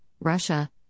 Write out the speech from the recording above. Russia